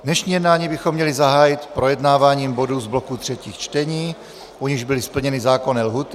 Dnešní jednání bychom měli zahájit projednáváním bodů z bloku třetích čtení, u nichž byly splněny zákonné lhůty.